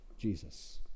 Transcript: Jesus